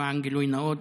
למען הגילוי הנאות,